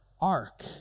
ark